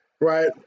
right